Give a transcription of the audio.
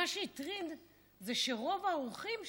מה שהטריד זה שרוב האורחים שם,